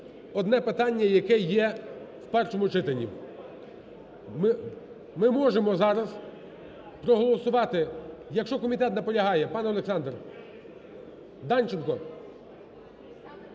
одне питання, яке є в першому читанні. Ми можемо зараз проголосувати, якщо комітет наполягає. Пан Олександр, Данченко…